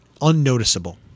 unnoticeable